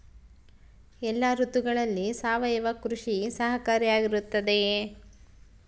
ಎಲ್ಲ ಋತುಗಳಲ್ಲಿ ಸಾವಯವ ಕೃಷಿ ಸಹಕಾರಿಯಾಗಿರುತ್ತದೆಯೇ?